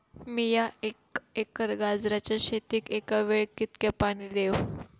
मीया एक एकर गाजराच्या शेतीक एका वेळेक कितक्या पाणी देव?